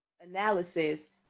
analysis